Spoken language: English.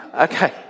Okay